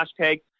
hashtag